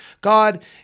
God